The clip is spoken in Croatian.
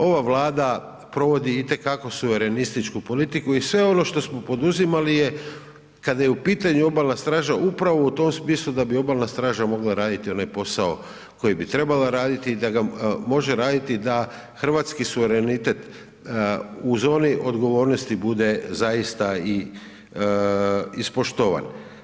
Ova Vlada provodi itekako suverenističku politiku i sve ono što smo poduzimali je, kada je u pitanju obalna straža upravo u tom smislu da bi obalna straža mogla raditi onaj posao koji bi trebala raditi i da ga može raditi da hrvatski suverenitet u zoni odgovornosti bude zaista i ispoštovan.